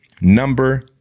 Number